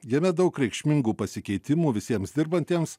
jame daug reikšmingų pasikeitimų visiems dirbantiems